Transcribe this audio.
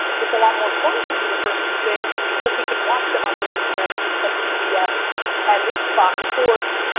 it's a lot more fun to do the first two things cause we can watch them on espn and cbs and fox sports.